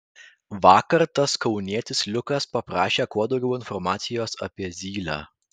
vakar tas kaunietis liukas paprašė kuo daugiau informacijos apie zylę